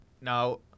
Now